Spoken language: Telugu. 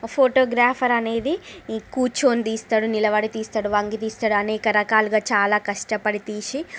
ఫోటోగ్రాఫర్ అనేది కూర్చొని తీస్తాడు నిలబడి తీస్తాడు వంగి తీస్తాడు అనేక రకాలుగా చాలా కష్టపడి తీసి